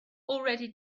already